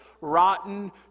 rotten